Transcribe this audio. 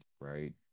right